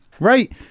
Right